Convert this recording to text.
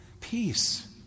peace